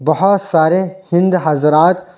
بہت سارے ہند حضرات